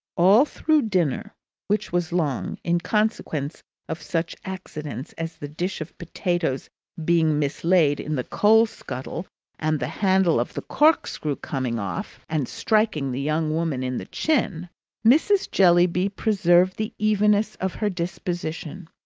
all through dinner which was long, in consequence of such accidents as the dish of potatoes being mislaid in the coal skuttle and the handle of the corkscrew coming off and striking the young woman in the chin mrs. jellyby preserved the evenness of her disposition.